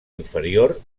inferior